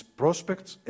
prospects